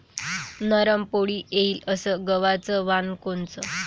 नरम पोळी येईन अस गवाचं वान कोनचं?